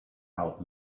out